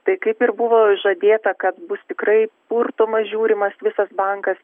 tai kaip ir buvo žadėta kad bus tikrai purtomas žiūrimas visas bankas